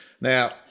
Now